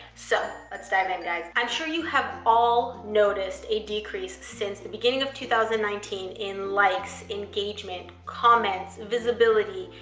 so, let's dive in, guys. i'm sure you have all noticed a decrease since the beginning of two thousand and nineteen in likes, engagement, comments, visibility,